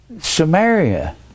Samaria